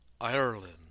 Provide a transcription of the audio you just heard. Ireland